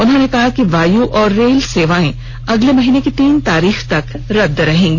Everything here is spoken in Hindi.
उन्होंने कहा कि वायु और रेल सेवाएं अगले महीने की तीन तारीख तक रद्द रहेंगी